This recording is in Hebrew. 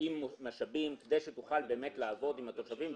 עם משאבים כדי שתוכל לעבוד עם התושבים,